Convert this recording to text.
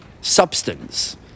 substance